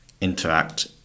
interact